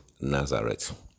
nazareth